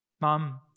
Mom